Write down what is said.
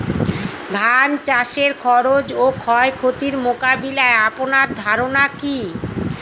ধান চাষের খরচ ও ক্ষয়ক্ষতি মোকাবিলায় আপনার ধারণা কী?